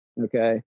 Okay